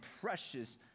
precious